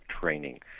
training